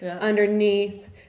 underneath